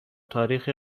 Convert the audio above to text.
تاریخ